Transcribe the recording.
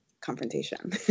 confrontation